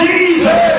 Jesus